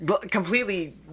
Completely